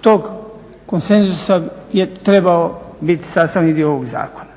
tog konsenzusa je trebao biti sastavni dio ovog zakona.